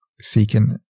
seeking